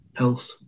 Health